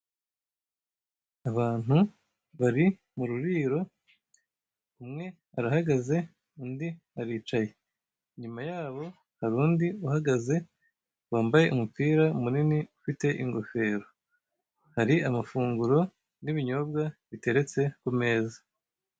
Abantu bari mu ruriro umwe arahagaze undi aricaye. Inyuma yabo hari undi uhagaze wambaye umupira munini ufite ingofero. Hari amafunguro n'ibinyobwa biteretse ku meza.